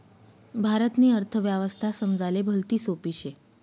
भारतनी अर्थव्यवस्था समजाले भलती सोपी शे